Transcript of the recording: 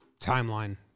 timeline